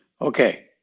okay